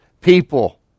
people